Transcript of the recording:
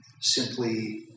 simply